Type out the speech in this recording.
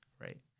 right